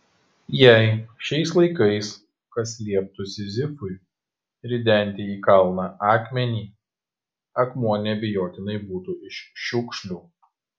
jei šiais laikais kas lieptų sizifui ridenti į kalną akmenį akmuo neabejotinai būtų iš šiukšlių